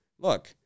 Look